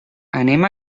anem